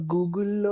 Google